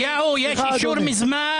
אליהו, יש אישור מזמן מזמן.